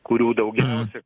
kurių daugiausia